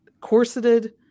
corseted